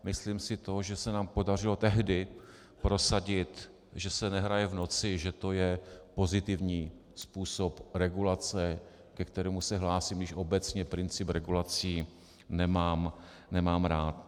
Myslím si to, že se nám podařilo tehdy prosadit, že se nehraje v noci, že to je pozitivní způsob regulace, ke kterému se hlásím, i když obecně princip regulací nemám rád.